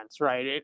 right